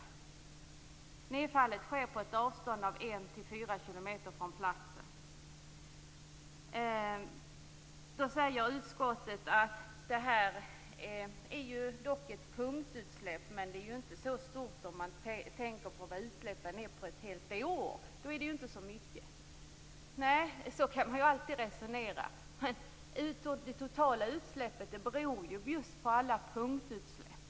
Nedfallet sker på ett avstånd av 1-4 km från platsen där raketerna avfyrats. Utskottet säger att det dock gäller ett punktutsläpp och att siffrorna inte är så höga om man tänker på hur stora utsläppen är på ett helt år. Så kan man alltid resonera, men det totala utsläppet är ju beroende av alla punktutsläpp.